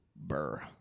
Burr